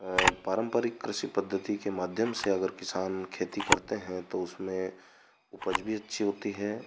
और पारंपरिक कृषि पद्धति के माध्यम से अगर किसान खेती करते हैं तो उसमें उपज भी अच्छी होती है